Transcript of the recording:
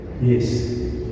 yes